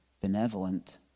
benevolent